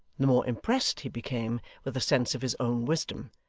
the more impressed he became with a sense of his own wisdom,